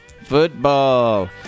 Football